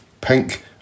pink